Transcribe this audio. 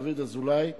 דוד אזולאי,